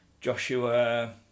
Joshua